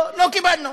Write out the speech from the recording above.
לא קיבלנו,